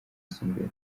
yisumbuye